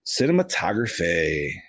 Cinematography